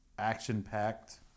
Action-packed